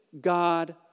God